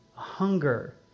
Hunger